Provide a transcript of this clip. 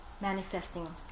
manifesting